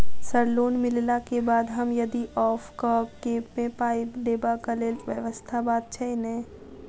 Sir loan मिलला केँ बाद हम यदि ऑफक केँ मे पाई देबाक लैल व्यवस्था बात छैय नै?